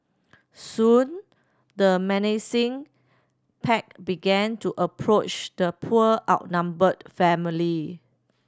soon the menacing pack began to approach the poor outnumbered family